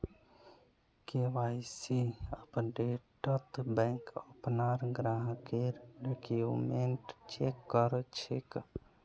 KYC अपडेटत bank अपनार ग्राहकेर डॉक्यूमेंट चेक कर छेक